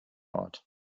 ort